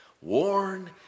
worn